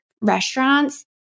restaurants